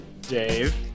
Dave